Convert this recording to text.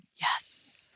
Yes